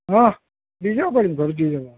দি যাব পাৰিম ঘৰত দি যাব